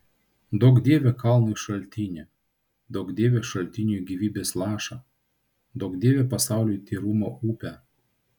duok dieve kalnui šaltinį duok dieve šaltiniui gyvybės lašą duok dieve pasauliui tyrumo upę